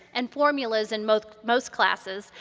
and formulas in most most classes,